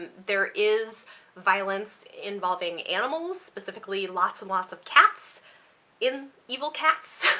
and there is violence involving animals, specifically lots and lots of cats in, evil cats,